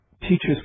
teachers